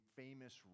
famous